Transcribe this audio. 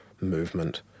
movement